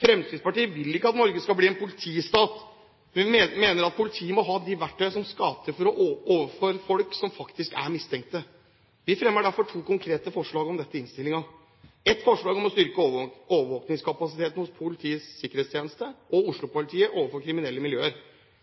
Fremskrittspartiet vil ikke at Norge skal bli en politistat, men vi mener at politiet må ha de verktøyene som skal til overfor folk som faktisk er mistenkt. Vi fremmer derfor to konkrete forslag om dette i innstillingen – et forslag om å styrke overvåkningskapasiteten hos Politiets sikkerhetstjeneste og Oslopolitiet overfor kriminelle miljøer,